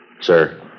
Sir